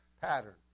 pattern